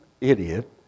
idiot